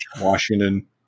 Washington